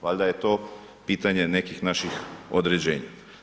Valjda je to pitanje nekih naših određenja.